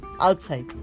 Outside